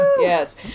Yes